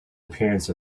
appearance